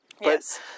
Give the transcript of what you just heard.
yes